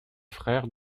frère